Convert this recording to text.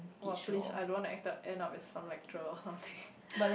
!wah! please I don't want to act up end up as some lecturer or something